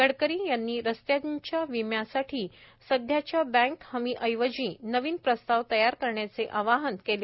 गडकरी यांनी रस्त्यांच्या विम्यासाठी सध्याच्या बँक हमीऐवजी नवीन प्रस्ताव तयार करण्याचे आवाहन सीआयआयला केले